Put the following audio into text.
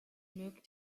moved